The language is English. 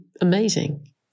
amazing